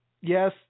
yes